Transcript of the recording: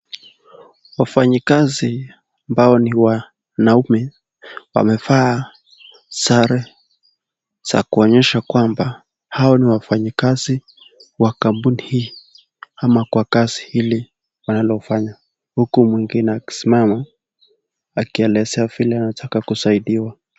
Wafanyikazi ambao ni wanaume wamevaa sare za kuonyesha kwamba hao ni wafanyikazi wa kampuni hii ama kwa kazi hili wanalofanya, huku mwingine akisimama akielezea vile anataka kusaidiwa.